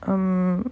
um